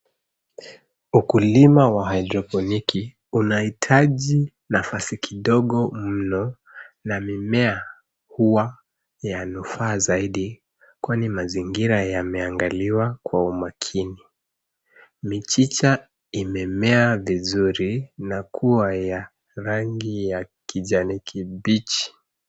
Ukulima wa hydroponiki unahitaji nafasi kidogo mno, na mimea huwa ya nufaa zaidi, kwani mazingira yameangaliwa kwa umakini. Michicha imemea vizuri na kua ya rangi ya kijani kibichi.